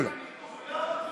כל הכבוד,